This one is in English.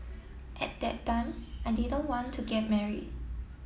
at that time I didn't want to get marry